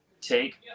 take